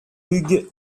hugues